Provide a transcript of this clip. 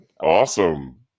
Awesome